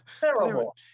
Terrible